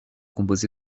composé